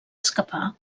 escapar